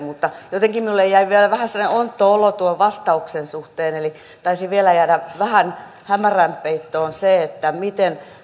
mutta jotenkin minulle jäi vielä vähän sellainen ontto olo tuon vastauksen suhteen eli taisi vielä jäädä vähän hämärän peittoon se miten